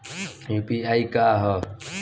UPI का ह?